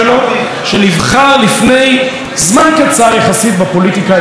שנבחר לפני זמן קצר יחסית בפוליטיקה הישראלית,